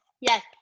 yes